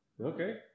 okay